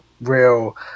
real